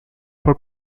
for